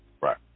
Right